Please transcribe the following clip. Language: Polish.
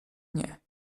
nie